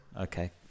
Okay